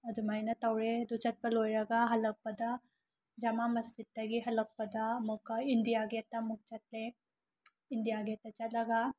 ꯑꯗꯨꯃꯥꯏꯅ ꯇꯧꯔꯦ ꯑꯗꯨ ꯆꯠꯄ ꯂꯣꯏꯔꯒ ꯍꯜꯂꯛꯄꯗ ꯖꯥꯃꯥ ꯃꯁꯖꯤꯗꯇꯒꯤ ꯍꯜꯂꯛꯄꯗ ꯑꯃꯨꯛꯀ ꯏꯟꯗꯤꯌꯥ ꯒꯦꯠꯇꯥ ꯑꯃꯨꯛ ꯆꯠꯂꯦ ꯏꯟꯗꯤꯌꯥ ꯒꯦꯠꯇꯥ ꯆꯠꯂꯒ